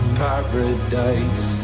paradise